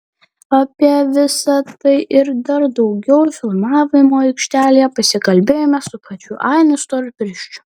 apie visa tai ir dar daugiau filmavimo aikštelėje pasikalbėjome su pačiu ainiu storpirščiu